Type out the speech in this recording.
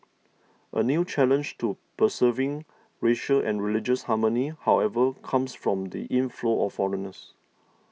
a new challenge to preserving racial and religious harmony however comes from the inflow of foreigners